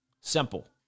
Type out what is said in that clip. Simple